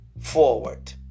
forward